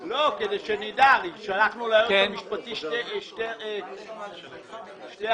שלחנו ליועץ המשפטי שתי השגות.